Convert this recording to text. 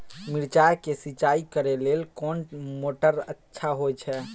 मिर्चाय के सिंचाई करे लेल कोन मोटर अच्छा होय छै?